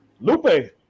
Lupe